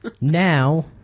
Now